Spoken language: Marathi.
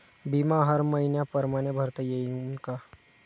बिमा हर मइन्या परमाने भरता येऊन का?